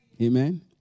Amen